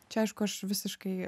čia aišku aš visiškai